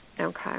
Okay